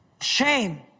Shame